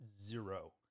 zero